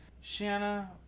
Shanna